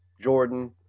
Jordan